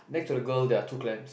next to the girl there are two clams